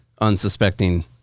unsuspecting